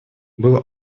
было